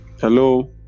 Hello